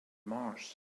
mars